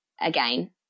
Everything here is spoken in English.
again